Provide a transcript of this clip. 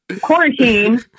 Quarantine